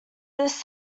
this